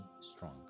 strong